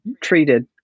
treated